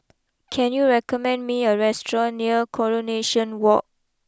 can you recommend me a restaurant near Coronation walk